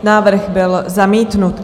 Návrh byl zamítnut.